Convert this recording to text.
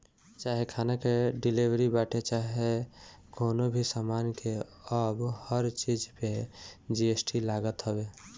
चाहे खाना के डिलीवरी बाटे चाहे कवनो भी सामान के अब हर चीज पे जी.एस.टी लागत हवे